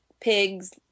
pigs